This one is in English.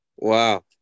wow